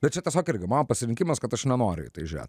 bet čia tiesiog irgi mano pasirinkimas kad aš nenoriu į tai žiūrėt